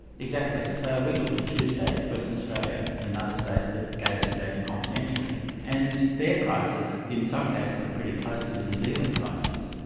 exactly. so we looked at two states, western australia and another state that gave us the data confidentially, and their prices in some cases are pretty close to the new zealand prices,